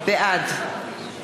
בעד